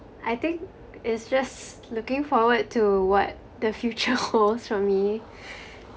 I think it's just looking forward to what the future holds for me